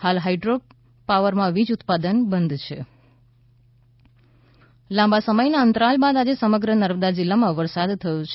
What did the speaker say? હાલ hydro power માં વીજ ઉત્પાદન ઉત્પાદન બંધ છિં લાંબા સમયના અંતરાલ બાદ આજે સમગ્ર નર્મદા જિલ્લામાં વરસાદ થયો છે